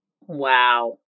Wow